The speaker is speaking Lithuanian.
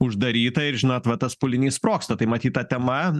uždaryta ir žinot va tas pūlinys sprogsta tai matyt ta tema